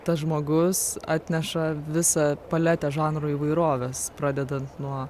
tas žmogus atneša visą paletę žanrų įvairovės pradedant nuo